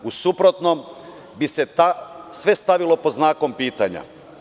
U suprotnom bi se sve stavilo pod znakom pitanja.